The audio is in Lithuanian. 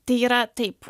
tai yra taip